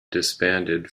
disbanded